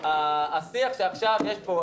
השיח שיש פה עכשיו,